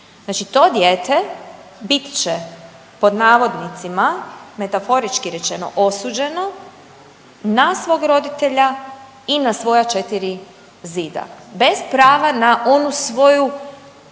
Znači to dijete bit će pod navodnicima metaforički rečeno osuđeno na svog roditelja i na svoja 4 zida bez prava na onu svoju osobnu